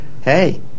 Hey